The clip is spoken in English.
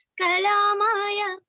kalamaya